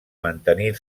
mantenir